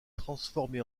transformé